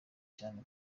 cyane